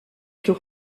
plus